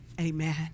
amen